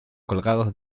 colgados